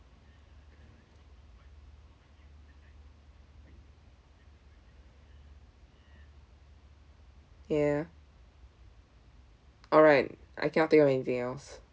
ya alright I cannot think of anything else